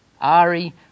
Ari